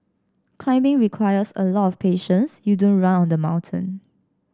climbing requires a lot of patience you don't run on the mountain